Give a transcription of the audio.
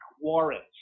warrants